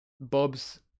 Bob's